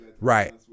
Right